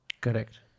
Correct